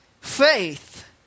Faith